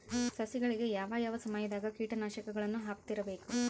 ಸಸಿಗಳಿಗೆ ಯಾವ ಯಾವ ಸಮಯದಾಗ ಕೇಟನಾಶಕಗಳನ್ನು ಹಾಕ್ತಿರಬೇಕು?